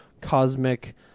cosmic